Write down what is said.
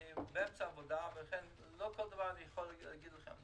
אני באמצע העבודה ולכן לא כל דבר אני יכול להגיד לכם,